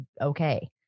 okay